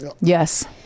Yes